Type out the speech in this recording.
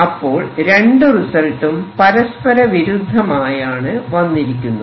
അപ്പോൾ രണ്ടു റിസൾട്ടും പരസ്പര വിരുദ്ധമായാണ് വന്നിരിക്കുന്നത്